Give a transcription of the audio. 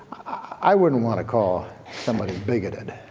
i wouldn't want to call somebody bigoted.